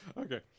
Okay